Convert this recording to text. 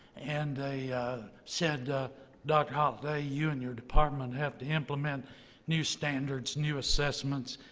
and they said doctor holliday, you and your department have to implement new standards, new assessments,